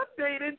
updated